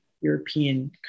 European